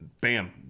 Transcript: bam